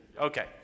okay